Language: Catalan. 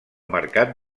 mercat